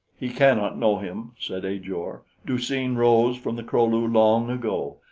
he cannot know him, said ajor. du-seen rose from the kro-lu long ago,